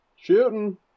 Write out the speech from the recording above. Shooting